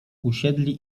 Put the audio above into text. usiedli